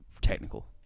technical